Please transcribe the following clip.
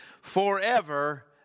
forever